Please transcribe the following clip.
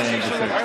על זה